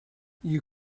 you